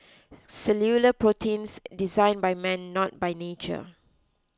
cellular proteins design by man not by nature